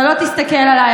אתה לא תסתכל עליי,